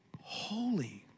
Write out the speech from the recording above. holy